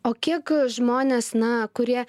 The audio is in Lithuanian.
o kiek žmonės na kurie